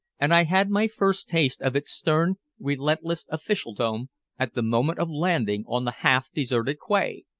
and i had my first taste of its stern, relentless officialdom at the moment of landing on the half-deserted quay.